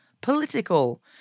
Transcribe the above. political